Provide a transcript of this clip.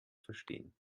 verstehen